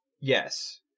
Yes